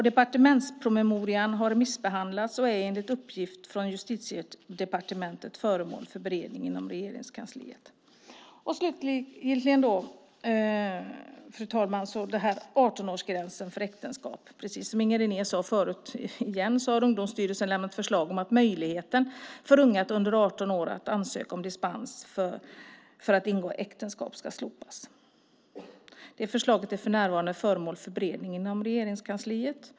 Departementspromemorian har remissbehandlats och är enligt uppgift från Justitiedepartementet föremål för beredning i Regeringskansliet. Slutligen, fru talman, gäller 18-årsgränsen för äktenskap. Precis som Inger René sade förut har Ungdomsstyrelsen lämnat förslag om att möjligheten för unga under 18 år att ansöka om dispens för att ingå äktenskap ska slopas. Det förslaget är för närvarande föremål för beredning inom Regeringskansliet.